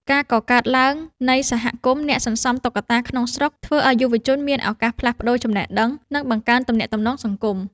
ការកកើតឡើងនៃសហគមន៍អ្នកសន្សំតុក្កតាក្នុងស្រុក ធ្វើឱ្យយុវជនមានឱកាសផ្លាស់ប្តូរចំណេះដឹង និងបង្កើនទំនាក់ទំនងសង្គម។